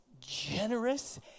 Generous